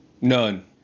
None